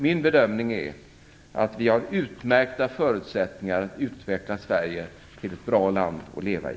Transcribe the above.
Min bedömning är att vi har utmärkta förutsättningar att utveckla Sverige till ett bra land att leva i.